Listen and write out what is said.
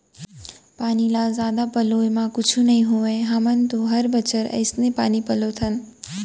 पानी ल जादा पलोय म कुछु नइ होवय हमन तो हर बछर अइसने पानी पलोथन